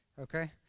okay